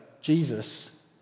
Jesus